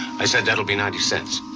i said, that'll be ninety cents.